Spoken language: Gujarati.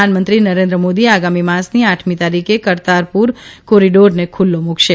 પ્રધાનમંત્રી નરેન્દ્ર મોદી આગામી માસની આઠમી તારીખે કરતારપૂર કોરીડોરને ખુલ્લો મૂકશે